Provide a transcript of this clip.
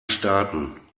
starten